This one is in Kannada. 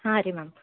ಹಾಂ ರೀ ಮ್ಯಾಮ್